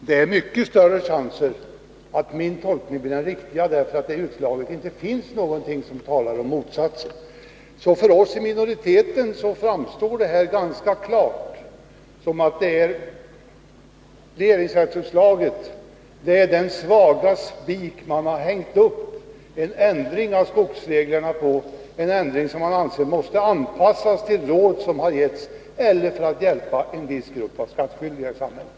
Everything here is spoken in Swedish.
Herr talman! Det är mycket större chans att min tolkning visar sig vara den riktiga än tvärtom. Det finns nämligen i regeringsrättsutslaget inte någonting som talar för motsatsen. För oss som tillhör minoriteten är det ganska klart att regeringsrättsutslaget är den svaga spik på vilken man har hängt upp en ändring för skogsägarna, för att anpassa reglerna till råd som har givits eller för att gynna denna grupp skattskyldiga i samhället.